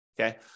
okay